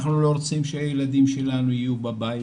אנחנו לא רוצים שהילדים שלנו יהיו בבית,